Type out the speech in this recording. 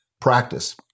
practice